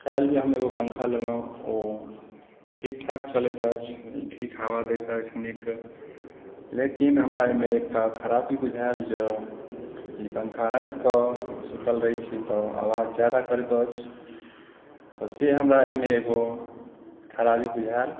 काल्हि जे हम एगो पङ्खा लेलहुँ ओ ठीक ठाक चलैत अछि ठीक हवा दैत अछि नीक लेकिन हमरा एहिमे एकटा खराबी बुझाएल जे ई पङ्खा रातिके सुतल रहैत छी तऽ आवाज ज्यादा करैत अछि स से हमरा एहिमे एगो खराबी बुझाएल